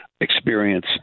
experience